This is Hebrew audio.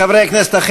חברי הכנסת,